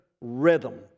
rhythm